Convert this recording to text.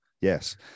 yes